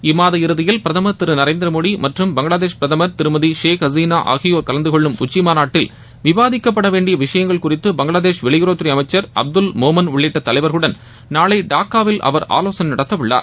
இம்மாத இறுதியில் பிரதமர் திரு நரேந்திர மோடி மற்றும் பங்களாதேஷ் பிரதமர் திருமதி ஷேக் ஹசீனா ஆகியோர் கலந்து கொள்ளும் உச்சி மாநாட்டில் விவாதிக்கப்பட வேண்டிய விஷயங்கள் குறித்து பங்களாதேஷ் வெளியுறவுத் துறை அமச்சர் அப்துல் மோமன் உள்ளிட்ட தலைவர்களுடன் நாளை டாக்காவில் அவர் ஆலோசனை நடத்த உள்ளார்